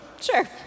Sure